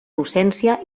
docència